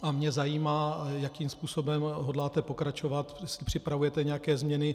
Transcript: A mě zajímá, jakým způsobem hodláte pokračovat, jestli připravujete nějaké změny.